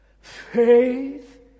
Faith